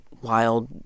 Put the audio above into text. wild